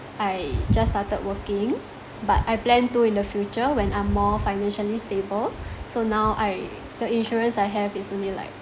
I just started working but I plan to in the future when I'm more financially stable so now I the insurance I have is only like